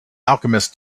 alchemist